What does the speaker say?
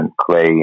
Clay